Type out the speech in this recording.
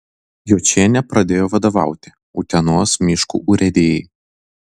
jočienė pradėjo vadovauti utenos miškų urėdijai